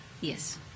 yes